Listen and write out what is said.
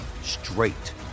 straight